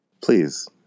Please